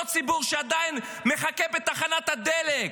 אותו ציבור שעדיין מחכה בתחנת הדלק,